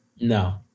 No